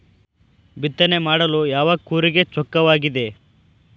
ಬಿತ್ತನೆ ಮಾಡಲು ಯಾವ ಕೂರಿಗೆ ಚೊಕ್ಕವಾಗಿದೆ?